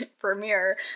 premiere